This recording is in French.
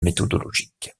méthodologique